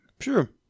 Sure